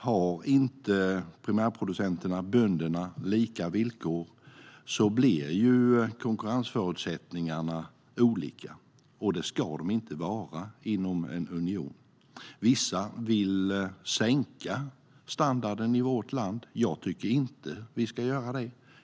Har inte primärproducenterna, bönderna, lika villkor blir ju konkurrensförutsättningarna olika, och det ska de inte vara inom en union. Vissa vill sänka standarden i vårt land. Jag tycker inte att vi ska göra det.